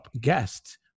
guest